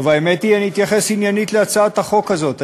האמת היא שאני אתייחס עניינית להצעת החוק הזאת.